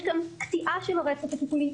יש כאן קטיעה של הרצף הטיפולי,